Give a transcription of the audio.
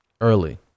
early